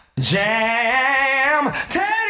Jam